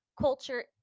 culture